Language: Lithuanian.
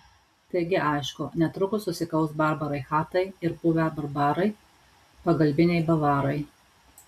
taigi aišku netrukus susikaus barbarai chatai ir buvę barbarai pagalbiniai bavarai